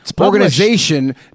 organization